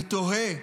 אני תוהה,